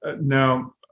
Now